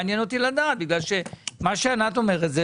מעניין אותי לדעת מכיוון שמה שאומרת ענת זה